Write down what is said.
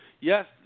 yes